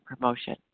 promotion